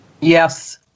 Yes